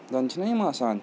زَنہٕ چھنہ یِم آسان